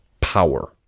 power